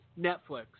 netflix